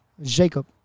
Jacob